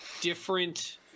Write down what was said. different